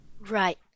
Right